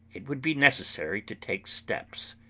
it would be necessary to take steps.